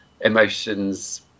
emotions